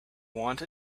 want